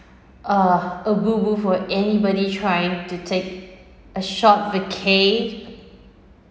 uh a boo-boo for anybody trying to take a short vacay~